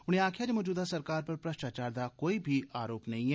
उनें आक्खेआ जे मजूदा सरकार पर भ्रष्टाचार दा कोई आरोप नेई ऐ